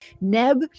Neb